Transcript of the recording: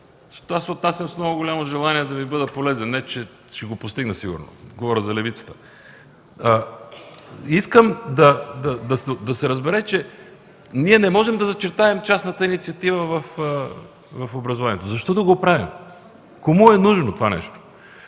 Отнасям се с много голямо желание да Ви бъда полезен, не че ще го постигна сигурно. Говоря за левицата. Искам да се разбере, че не можем да зачертаем частната инициатива в образованието. Защо да го правим? Кому е нужно това?